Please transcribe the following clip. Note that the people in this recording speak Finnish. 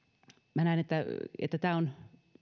minä näen että että tämä on